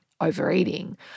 overeating